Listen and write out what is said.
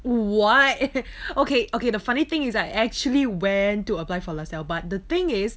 what okay okay the funny thing is I actually went to apply for lasalle but the thing is